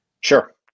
Sure